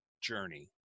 journey